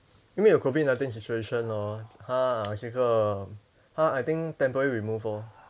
因为有 COVID nineteen situation lor 他那个他 I think temporary remove lor